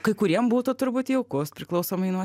kai kuriem būtų turbūt jaukus priklausomai nuo